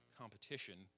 competition